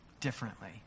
differently